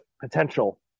potential